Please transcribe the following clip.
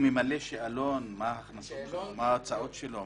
הוא ממלא שאלון מה ההכנסות ומה ההוצאות שלו?